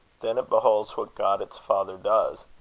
then it beholds what god its father does,